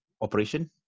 operation